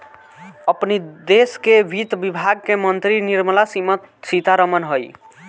अपनी देस के वित्त विभाग के मंत्री निर्मला सीता रमण हई